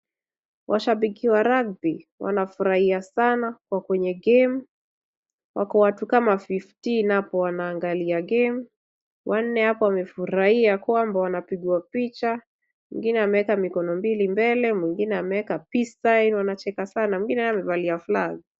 Washabiki wa rugby wanafurahia sana kwenye gemu. Wako watu 215 hapo wanaangalia gemu. Wannne hapo wamefurahia kwamba wanapiga picha. Mwingine ameweka mikono mbili mbele mwengine ameweka peace style wanacheka sana mwengine amevalia flag .